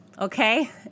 okay